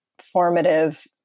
formative